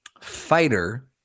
Fighter